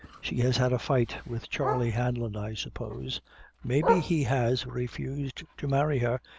she has had a fight with charley hanlon, i suppose maybe he has refused to marry her,